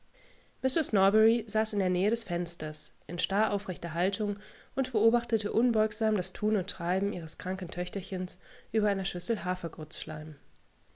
saß in der nähe des fensters in starr aufrechter haltung und beobachtete unbeugsam das tun und treiben ihres kranken töchterchens über einer schüsselhafergrützschleim